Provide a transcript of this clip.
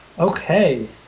Okay